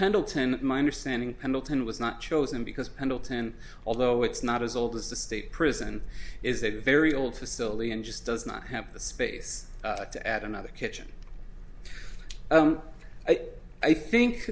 pendleton my understanding pendleton was not chosen because pendleton although it's not as old as the state prison is a very old facility and just does not have the space to add another kitchen i think